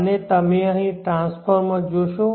અને તમે અહીં ટ્રાન્સફોર્મર જોશો